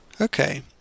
Okay